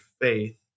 faith